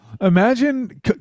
Imagine